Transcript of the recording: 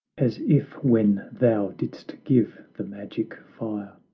as if when thou didst give the magic fire,